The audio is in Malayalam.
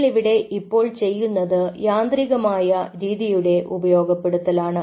നിങ്ങൾ ഇവിടെ ഇപ്പോൾ ചെയ്യുന്നത് യാന്ത്രികമായ രീതിയുടെ ഉപയോഗപ്പെടുത്തലാണ്